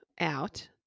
out